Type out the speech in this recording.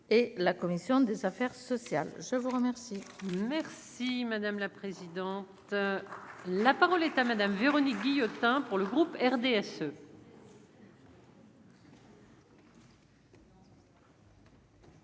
et la commission des affaires sociales, je vous remercie. Merci madame la présidente, la parole est à Madame Véronique Guillotin, pour le groupe RDSE.